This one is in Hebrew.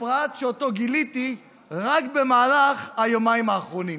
לפרט שאותו גיליתי רק במהלך היומיים האחרונים.